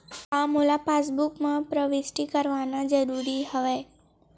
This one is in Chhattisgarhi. का मोला पासबुक म प्रविष्ट करवाना ज़रूरी हवय?